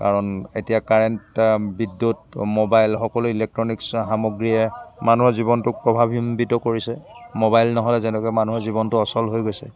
কাৰণ এতিয়া কাৰেণ্ট বিদ্যুৎ মোবাইল সকলো ইলেক্ট্ৰনিছ সামগ্ৰীয়ে মানুহৰ জীৱনটোক প্ৰভাৱান্বিত কৰিছে মোবাইল নহ'লে যেনেকৈ মানুহৰ জীৱনটো অচল হৈ গৈছে